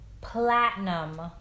platinum